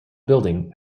building